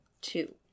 two